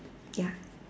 ya